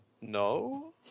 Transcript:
No